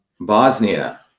Bosnia